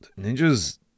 Ninjas –